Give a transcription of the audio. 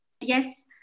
Yes